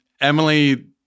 Emily